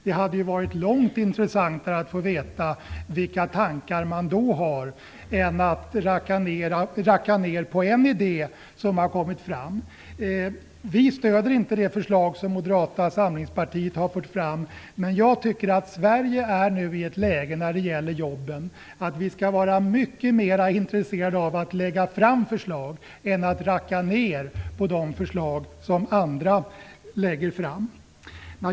Det hade varit långt mer intressant att få veta vilka tankar man har om det, än att höra hur man rackar ned på en idé som har kommit fram. Vi stöder inte det förslag som Moderata samlingspartiet har fört fram. Men Sverige är nu inne i ett läge när det gäller jobben där vi borde vara mycket mer intresserade av att lägga fram förslag än av att racka ned på de förslag som andra lägger fram.